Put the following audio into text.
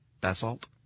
Basalt